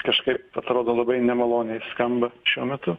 kažkaip atrodo labai nemaloniai skamba šiuo metu